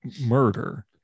murder